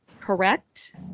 correct